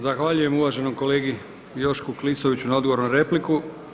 Zahvaljujem uvaženom kolegi Jošku Klisoviću na odgovor na repliku.